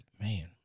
man